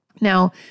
Now